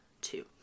two